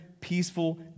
peaceful